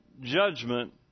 judgment